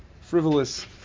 frivolous